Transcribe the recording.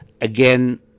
Again